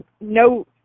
no